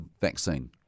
vaccine